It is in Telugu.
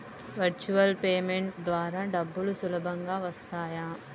వర్చువల్ పేమెంట్ ద్వారా డబ్బులు సులభంగా వస్తాయా?